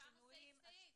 עברנו סעיף סעיף.